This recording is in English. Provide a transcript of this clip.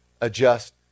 adjust